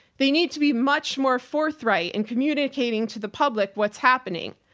they need to be much more forthright and communicating to the public what's happening.